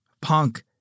punk